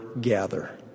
gather